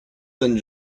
than